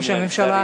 בירושלים,